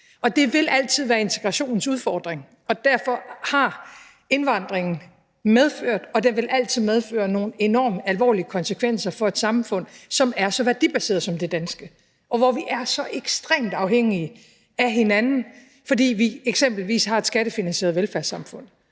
Det vil altid være integrationens udfordring. Derfor har indvandringen medført og vil altid medføre nogle enormt alvorlige konsekvenser for et samfund, som er så værdibaseret som det danske, og hvor vi er så ekstremt afhængige af hinanden, fordi vi eksempelvis har et skattefinansieret velfærdssamfund.